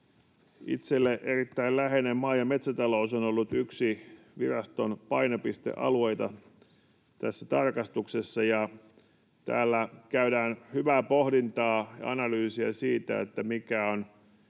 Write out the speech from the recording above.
Itselleni erittäin läheinen maa- ja metsätalous on ollut yksi viraston painopistealueita tässä tarkastuksessa, ja täällä käydään hyvää pohdintaa ja analyysiä siitä, mikä on